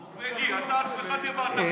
הנורבגי, אתה עצמך דיברת פה.